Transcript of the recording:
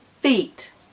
feet